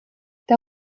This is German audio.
der